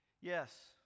Yes